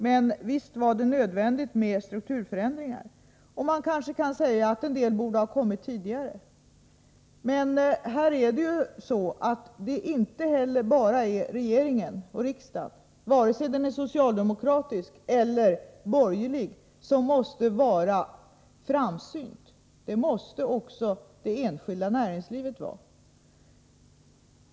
Men visst var det nödvändigt med strukturförändringar, och man kan kanske säga att en del borde ha kommit tidigare. Men det är ju så att man inte bara inom regeringen och riksdagen, vare sig det är en socialdemokratisk eller borgerlig regering, måste vara framsynt; det måste också det enskilda näringslivet vara.